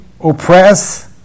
oppress